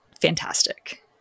fantastic